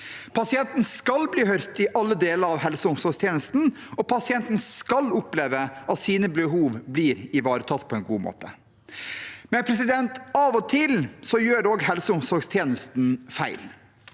Pasienten skal bli hørt i alle deler av helse- og omsorgstjenesten, og pasienten skal oppleve at behovene blir ivaretatt på en god måte. Av og til gjør òg helse- og omsorgstjenesten feil